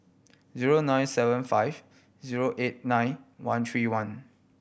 zero nine seven five zero eight nine one three one